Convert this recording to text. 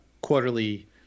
quarterly